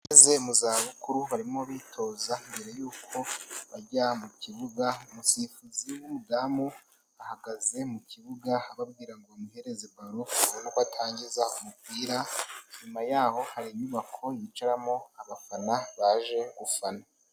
Abageze mu zabukuru birimo bitoza mbere yuko bajya mu kibuga, umusifuzi w'urudamu ahagaze mu kibuga, arimo arababwira ngo bamuhereze baro abone uko atangiza umupira, inyuma yaho hari inyubako yincaramo abafana baje gufana.